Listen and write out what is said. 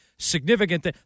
significant